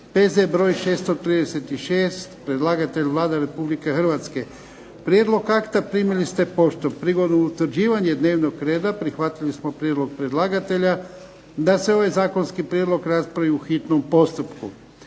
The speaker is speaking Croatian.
prvo i drugo čitanje, P.Z. br. 636. Prijedlog akta primili ste poštom. Prigodom utvrđivanja dnevnog reda prihvatili smo prijedlog predlagatelja da se ovaj zakonski prijedlog raspravi u hitnom postupku.